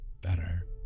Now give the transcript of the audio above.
better